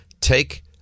Take